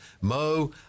Mo